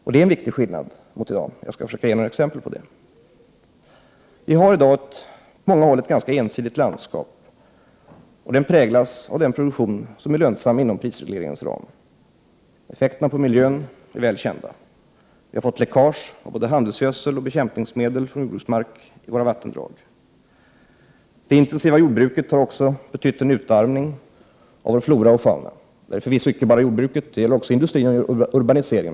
Detta är en viktig skillnad gentemot hur det är i dag, och jag skall försöka att ge några exempel på detta. Vi har i dag ett landskap som på många håll är enformigt, och det präglas av den produktion som är lönsam inom ramen för prisregleringen. Effekterna på miljön är väl kända. Vi har fått ett läckage av både handelsgödsel och 44 bekämpningsmedel från vår jordbruksmark till våra vattendrag. Det intensi va jordbruket har också betytt en utarmning av vår flora och fauna. Det är — Prot. 1988/89:127 förvisso inte bara jordbruket som är skuld till detta, utan också industrin och 2 juni 1989 urbaniseringen.